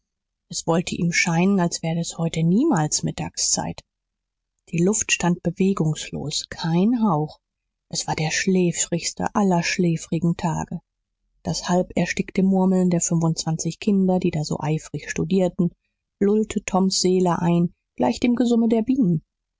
es wollte ihm scheinen als werde es heute niemals mittagszeit die luft stand bewegungslos kein hauch es war der schläfrigste aller schläfrigen tage das halb erstickte murmeln der fünfundzwanzig kinder die da so eifrig studierten lullte toms seele ein gleich dem gesumse der bienen